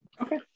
Okay